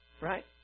Right